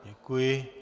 Děkuji.